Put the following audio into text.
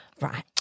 right